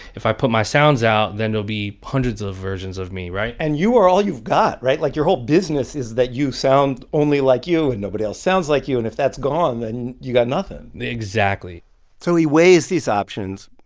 if i put my sounds out, then there'll be hundreds of versions of me, right? and you are all you've got, right? like, your whole business is that you sound only like you, and nobody else sounds like you. and if that's gone, then you've got nothing exactly so he weighs these options,